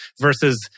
Versus